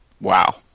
Wow